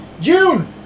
June